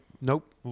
Nope